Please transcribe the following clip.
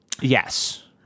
Yes